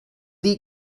dir